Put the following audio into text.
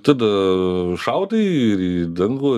tada šaudai ir į dangų